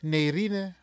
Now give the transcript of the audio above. Nerine